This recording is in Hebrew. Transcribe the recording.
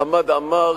חמד עמאר,